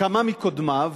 לכמה מקודמיו,